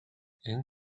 энэ